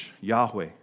Yahweh